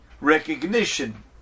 recognition